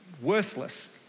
worthless